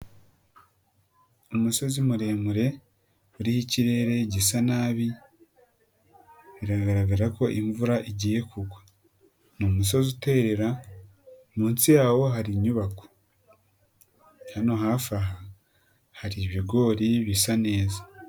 Umusozi muremure hariho ikirere gisa nabi biragaragara ko imvura igiye kugwa, ni umusozi uterera munsi yawo hari inyubako, hano hafi aha hari ibigori bisa neza.